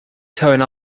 tone